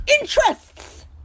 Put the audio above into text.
interests